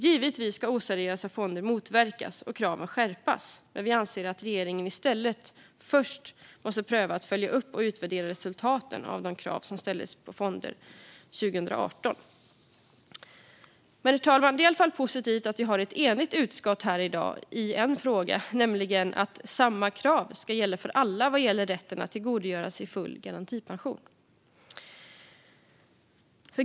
Givetvis ska oseriösa fonder motverkas och kraven skärpas, men vi anser att regeringen i stället först måste pröva att följa upp och utvärdera resultaten av de krav som ställdes på fonder 2018. Men, herr talman, det är i alla fall positivt att vi har ett enigt utskott här i dag när det gäller en fråga, nämligen att samma krav ska gälla för alla i fråga om rätten att tillgodogöra sig full garantipension.